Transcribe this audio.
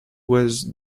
was